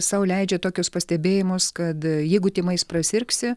sau leidžia tokius pastebėjimus kad jeigu tymais prasirgsi